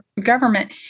government